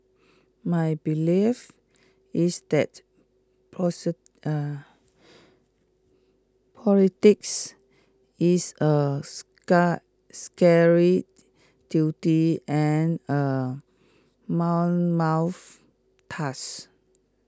my belief is that politics is A scary duty and A mammoth task